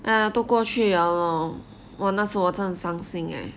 !aiya! 都过去了咯我那时我正伤心 eh